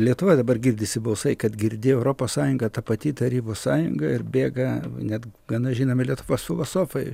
lietuvoj dabar girdisi balsai kad girdi europos sąjunga ta pati tarybų sąjunga ir bėga net gana žinomi lietuvos filosofai